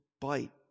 bite